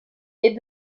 est